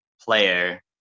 player